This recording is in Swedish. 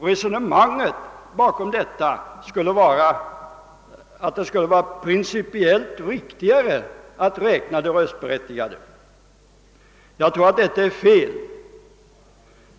Resonemanget bakom detta är att det skulle vara principiellt riktigare att räkna de röstberättigade. Jag tror ati det är fel.